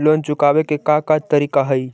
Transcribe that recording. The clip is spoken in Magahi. लोन चुकावे के का का तरीका हई?